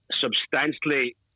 substantially